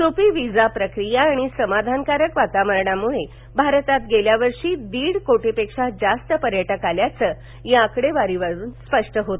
सोपी विसा प्रक्रिया आणि समाधानकारक वातावरणामुळे भारतात गेल्या वर्षी दीड कोटी पेक्षा जास्त पर्यटक आल्याचं या आकडेवारीवरून स्पष्ट होत